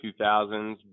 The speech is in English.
2000s